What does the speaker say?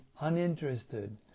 uninterested